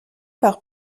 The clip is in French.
par